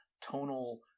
tonal